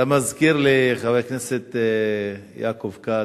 אתה מזכיר לי, חבר הכנסת יעקב כץ,